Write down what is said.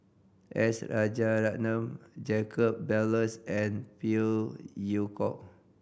S Rajaratnam Jacob Ballas and Phey Yew Kok